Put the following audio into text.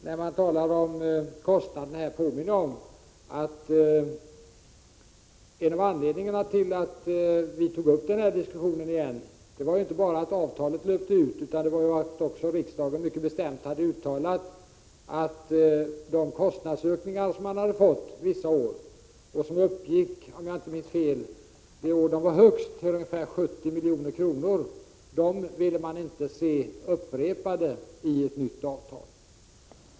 När man talar om kostnaderna vill jag påminna om att en av anledningarna till att vi tog upp denna diskussion igen inte bara var att avtalet löpte ut utan också att riksdagen mycket bestämt uttalat sig mot de kostnadsökningar som uppstått vissa år och som, om jag inte minns fel, de år de var som högst uppgick till 70 milj.kr. Sådana kostnadsökningar ville man inte se upprepade iett nytt avtal.